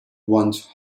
once